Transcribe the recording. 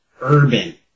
urban